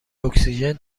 اکسیژن